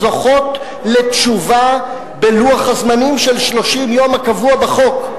זוכות לתשובה בלוח הזמנים של 30 יום הקבוע בחוק.